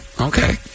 Okay